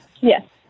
Yes